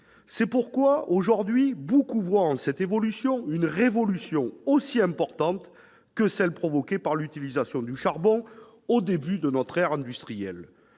C'est pourquoi beaucoup voient aujourd'hui en cette évolution une révolution aussi importante que celle qui fut provoquée par l'utilisation du charbon au début de notre ère industrielle.